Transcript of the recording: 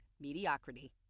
mediocrity